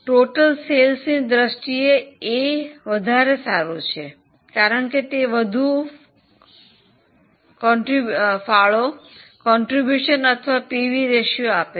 કુલ વેચાણની દ્રષ્ટિએ એ વધુ સારું છે કારણ કે તે વધુ ટકાવારી ફાળો અથવા પીવી રેશિયો આપે છે